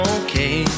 okay